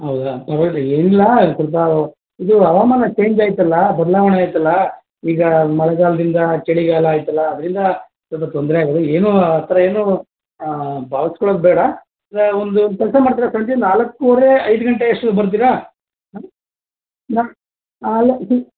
ಹೌದಾ ಪರವಾಗಿಲ್ಲ ಏನಿಲ್ಲ ಸ್ವಲ್ಪ ಇದು ಹವಾಮಾನ ಚೇಂಜ್ ಆಯ್ತಲ್ಲ ಬದಲಾವಣೆ ಆಯ್ತಲ್ಲ ಈಗ ಮಳೆಗಾಲ್ದಿಂದ ಚಳಿಗಾಲ ಆಯ್ತಲ್ಲ ಅದರಿಂದ ಸ್ವಲ್ಪ ತೊಂದರೆ ಏನು ಆಥರ ಏನು ಭಾವಿಸ್ಕೊಳೋದು ಬೇಡ ಅಂದರೆ ಒಂದು ಕೆಲಸ ಮಾಡ್ತೀರ ಸಂಜೆ ನಾಲ್ಕೂವರೆ ಐದು ಗಂಟೆ ಅಷ್ಟೊತ್ಗೆ ಬರ್ತೀರ ನಮ್ಮ